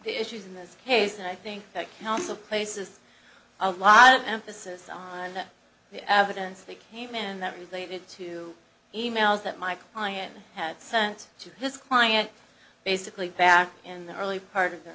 the issues in this case and i think that counsel places a lot of emphasis on the evidence that came in that related to e mails that my client had sent to his client basically back in the early part of their